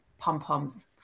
pom-poms